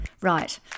Right